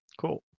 Cool